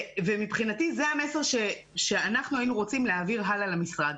מבחינתי זה המסר שאנחנו היינו רוצים להעביר הלאה למשרד.